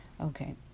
Okay